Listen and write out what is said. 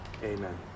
Amen